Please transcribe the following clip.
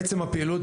עצם הפעילות,